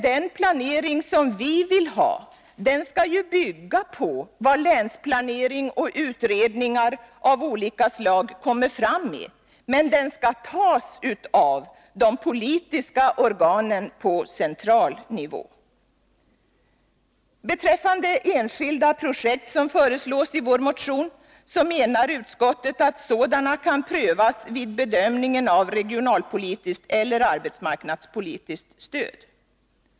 Den planering som vi vill ha skall ju bygga på vad länsplanering och utredningar av olika slag kommer fram till, men besluten fattas av de politiska organen på central nivå. Beträffande enskilda projekt som föreslås i vår motion menar utskottet att sådana kan prövas vid bedömningen av regionalpolitiskt eller arbetsmarknadspolitiskt stöd.